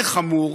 זה חמור,